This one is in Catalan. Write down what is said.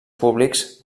públics